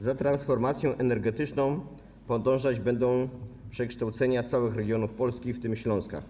Za transformacją energetyczną podążać będą przekształcenia całych regionów Polski, w tym Śląska.